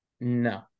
No